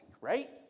right